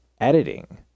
editing